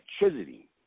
electricity